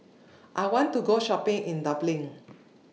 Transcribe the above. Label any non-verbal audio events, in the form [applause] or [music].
[noise] I want to Go Shopping in Dublin